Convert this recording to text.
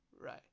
right